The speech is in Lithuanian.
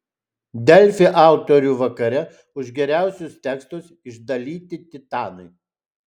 delfi autorių vakare už geriausius tekstus išdalyti titanai